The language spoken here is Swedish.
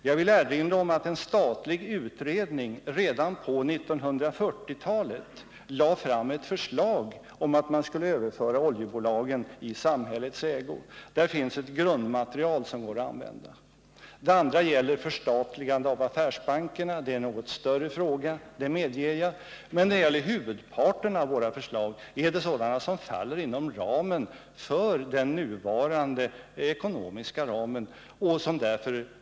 Jag vill erinra om att en statlig utredning redan på 1940-talet lade fram ett förslag om att man skulle överföra oljebolagen i samhällets ägo. Där finns ett grundmaterial som går att använda. Det andra gällde ett förstatligande av affärsbankerna. Jag medger att det är en något större fråga, men huvudparten av våra förslag faller inom ramen för det nuvarande ekonomiska systemet.